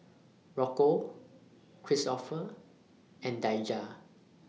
Rocco Kristoffer and Daijah